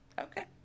Okay